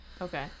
Okay